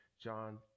John